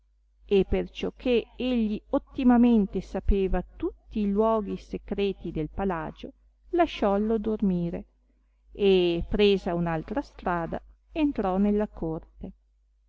e perciò che egli ottimamente sapeva tutti i luoghi secreti del palagio lasciollo dormire e presa un'altra strada entrò nella corte